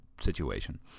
situation